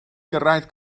gyrraedd